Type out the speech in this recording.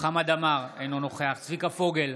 חמד עמאר, אינו נוכח צביקה פוגל,